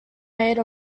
made